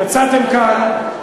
יצאתם כאן,